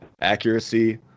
accuracy